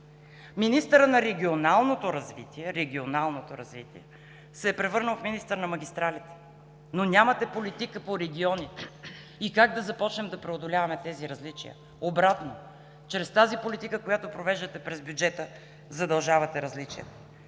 Министърът на регионалното развитие се е превърнал в министър на магистралите, но нямате политика по регионите и как да започнем да преодоляваме тези различия. Обратното, чрез тази политика, която провеждате през бюджета, утвърждавате различия.